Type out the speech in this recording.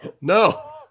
no